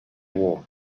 warm